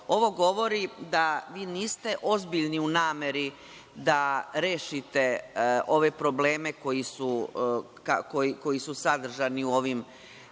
ovo govori da vi niste ozbiljni u nameri da rešite ove probleme koji su sadržani u ovim